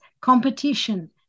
competition